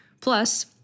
Plus